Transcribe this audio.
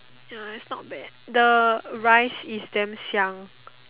ya it's not bad the rice is damn 香